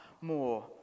more